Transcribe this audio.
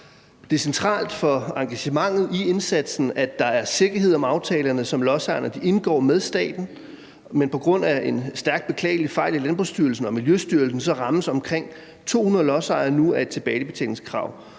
Det er centralt for engagementet i indsatsen, at der er sikkerhed om aftalerne, som lodsejerne indgår med staten. Men på grund af en stærkt beklagelig fejl i Landbrugsstyrelsen og Miljøstyrelsen rammes omkring 200 lodsejere nu af et tilbagebetalingskrav.